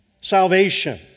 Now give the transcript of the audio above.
Salvation